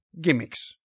gimmicks